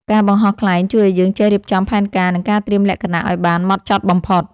ការបង្ហោះខ្លែងជួយឱ្យយើងចេះរៀបចំផែនការ និងការត្រៀមលក្ខណៈឱ្យបានហ្មត់ចត់បំផុត។